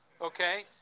Okay